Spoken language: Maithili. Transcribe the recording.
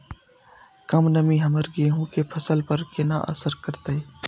कम नमी हमर गेहूँ के फसल पर केना असर करतय?